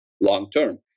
long-term